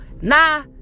Nah